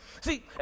See